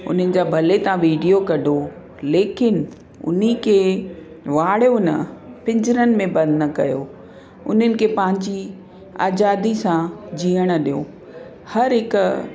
उन्हनि जा भले तव्हां वीडियो कढो लेकिन उनखे वाड़ियो न पिंजरनि में बंदि न कयो उन्हनि खे पंहिंजी आजादी सां जीअण ॾियो हर हिक